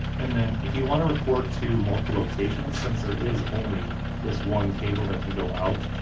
and then if you want to record to multiple locations since there is only this one cable that can go out,